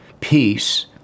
peace